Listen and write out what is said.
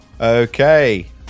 Okay